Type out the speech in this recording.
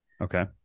Okay